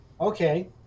okay